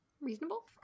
Reasonable